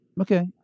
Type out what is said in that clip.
okay